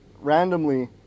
randomly